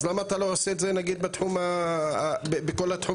אז למה אתה לא עושה את זה בכל התחומים?